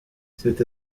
c’est